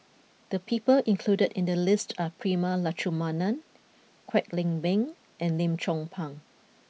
the people included in the list are Prema Letchumanan Kwek Leng Beng and Lim Chong Pang